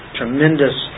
tremendous